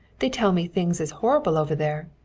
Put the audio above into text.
they tell me things is horrible over there.